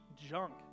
junk